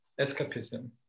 escapism